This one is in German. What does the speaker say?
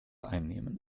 einnehmen